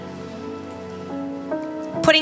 Putting